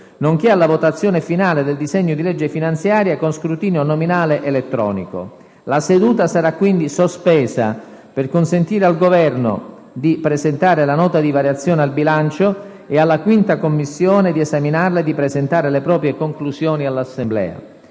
nonché alla votazione finale del disegno di legge finanziaria con scrutinio nominale elettronico. La seduta sarà quindi sospesa per consentire al Governo di presentare la Nota di variazioni al bilancio e alla 5a Commissione di esaminarla e presentare le proprie conclusioni all'Assemblea.